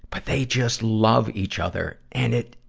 but they just love each other. and it,